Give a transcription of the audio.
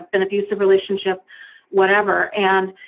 an abusive relationship whatever and